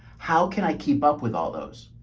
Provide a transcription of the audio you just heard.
how can i keep up with all those?